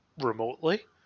remotely